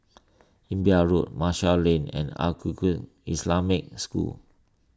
Imbiah Road Marshall Lane and Al Islamic School